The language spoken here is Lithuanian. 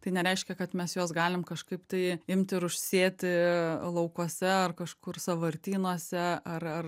tai nereiškia kad mes juos galim kažkaip tai imti ir užsėti laukuose ar kažkur sąvartynuose ar